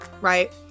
right